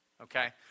okay